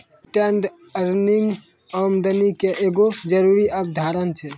retained earning आमदनी के एगो जरूरी अवधारणा छै